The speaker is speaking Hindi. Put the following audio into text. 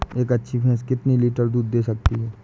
एक अच्छी भैंस कितनी लीटर दूध दे सकती है?